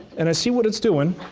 and i see what it's doing.